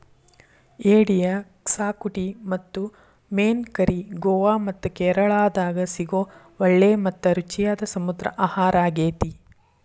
ಏಡಿಯ ಕ್ಸಾಕುಟಿ ಮತ್ತು ಮೇನ್ ಕರಿ ಗೋವಾ ಮತ್ತ ಕೇರಳಾದಾಗ ಸಿಗೋ ಒಳ್ಳೆ ಮತ್ತ ರುಚಿಯಾದ ಸಮುದ್ರ ಆಹಾರಾಗೇತಿ